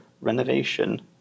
renovation